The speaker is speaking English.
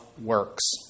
works